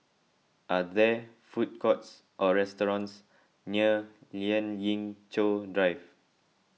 are there food courts or restaurants near Lien Ying Chow Drive